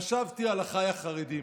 חשבתי על אחיי החרדים